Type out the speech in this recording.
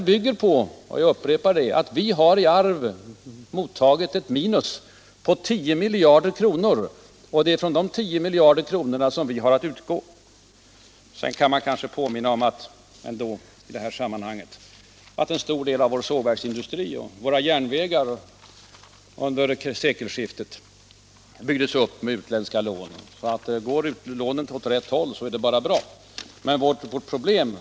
Jag upprepar att vi i arv har mottagit ett minus på 10 miljarder kronor, och det är därifrån som vi har att utgå. Man kan kanske i sammanhanget påminna om att en stor del av vår sågverksindustri och våra järnvägar kring sekelskiftet byggdes upp med utländska lån. Används utlåningen rätt, så är det bara bra.